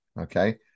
Okay